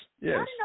Yes